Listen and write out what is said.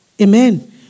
Amen